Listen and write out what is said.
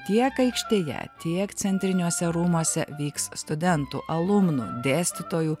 tiek aikštėje tiek centriniuose rūmuose vyks studentų alumnų dėstytojų